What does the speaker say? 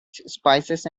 spices